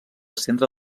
centre